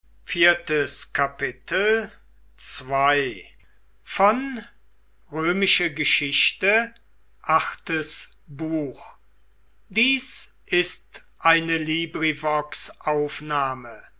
sind ist eine